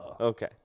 Okay